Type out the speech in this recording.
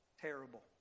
terrible